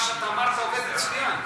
מה שאמרת עובד מצוין,